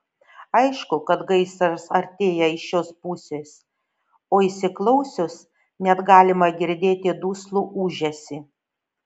aišku kad gaisras artėja iš šios pusės o įsiklausius net galima girdėti duslų ūžesį